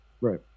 Right